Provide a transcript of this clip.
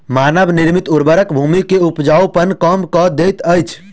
मानव निर्मित उर्वरक भूमि के उपजाऊपन कम कअ दैत अछि